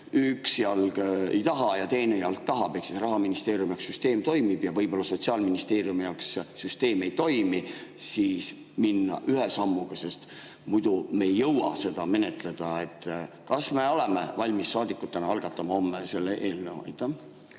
üks jalg ei taha ja teine jalg tahab, rahaministeeriumi jaoks süsteem toimib ja võib-olla Sotsiaalministeeriumi jaoks süsteem ei toimi, siis võiks minna ühe sammuga, sest muidu me ei jõua seda menetleda. Kas me oleme valmis saadikutena algatama homme sellise eelnõu? Tänan,